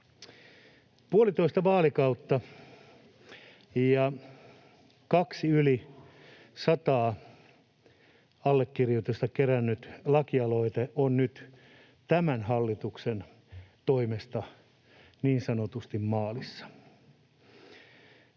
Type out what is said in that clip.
Puolitoista vaalikautta ja kahdesti yli sata allekirjoitusta kerännyt lakialoite on nyt tämän hallituksen toimesta niin sanotusti maalissa.